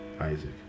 Isaac